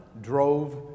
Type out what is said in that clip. drove